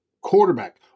quarterback